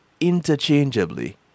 interchangeably